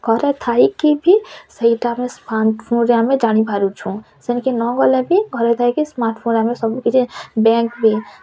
ଘରେ ଥାଇକି ବି ସେଇଟା ଆମେ ସ୍ମାର୍ଟ ଫୋନ୍ରେ ଆମେ ଜାଣିପାରୁଛୁ ସେନ୍କେ ନଗଲେ ବି ଘରେ ଥାଇକି ସ୍ମାର୍ଟଫୋନ୍ରେ ଆମେ ସବୁକିଛି ବ୍ୟାଙ୍କ୍ ବି